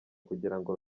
kugirango